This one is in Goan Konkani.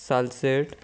सालसेट